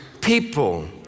people